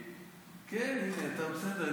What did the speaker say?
כן, תודה, בסדר.